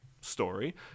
story